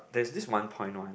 there's this one point one